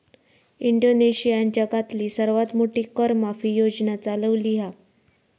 इंडोनेशियानं जगातली सर्वात मोठी कर माफी योजना चालवली हा